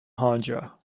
hanja